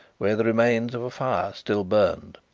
where the remains of a fire still burned.